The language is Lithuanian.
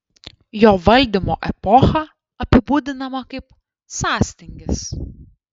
jo valdymo epocha apibūdinama kaip sąstingis